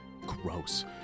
gross